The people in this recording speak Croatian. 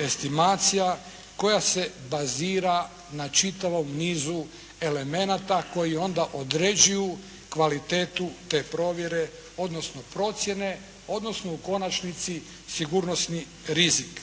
estimacija koja se bazira na čitavom nizu elemenata koji onda određuju kvalitetu te provjere odnosno procjene odnosno u konačnici sigurnosni rizik.